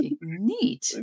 Neat